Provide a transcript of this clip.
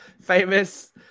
famous